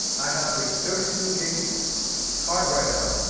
i have a thirty two gig card right now,